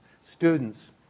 students